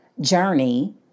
journey